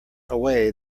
away